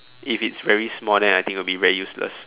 if it's very small then I think it will be very useless